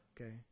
Okay